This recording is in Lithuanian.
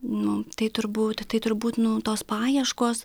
nu tai turbūt tai turbūt nu tos paieškos